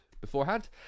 beforehand